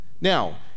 Now